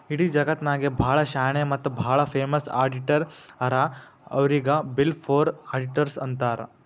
ಇಡೀ ಜಗತ್ನಾಗೆ ಭಾಳ ಶಾಣೆ ಮತ್ತ ಭಾಳ ಫೇಮಸ್ ಅಡಿಟರ್ ಹರಾ ಅವ್ರಿಗ ಬಿಗ್ ಫೋರ್ ಅಡಿಟರ್ಸ್ ಅಂತಾರ್